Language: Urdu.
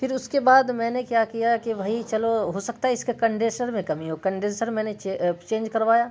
پھر اس کے بعد میں نے کیا کیا کہ بھائی چلو ہو سکتا ہے اس کا کنڈینسر میں کمی ہو کنڈینسر میں نے چینج کروایا